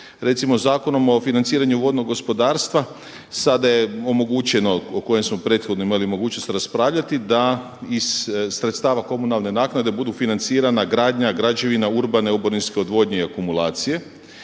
Recimo, Zakonom o financiranju vodnog gospodarstva sada je omogućeno, o kojem smo prethodno imali mogućnost raspravljati, da iz sredstava komunalne naknade budu financirana gradnja građevina urbane oborinske odvodnje i akumulacije.